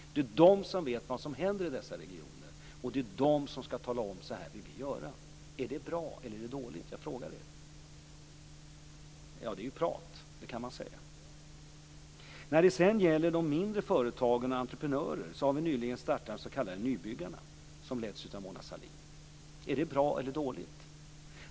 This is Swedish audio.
Det är de som vet vad som händer i dessa regioner, och det är de som skall tala om att så här vill de göra. Jag frågar er: Är det bra, eller är det dåligt? Ja, det är ju prat, kan man säga. När det gäller de mindre företagen och entreprenörerna har vi nyligen startat de s.k. Nybyggarna, som leds av Mona Sahlin. Är det bra eller dåligt?